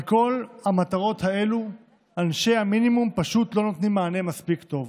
על כל המטרות האלה עונשי המינימום פשוט לא נותנים מענה מספיק טוב.